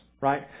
right